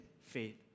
faith